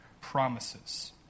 promises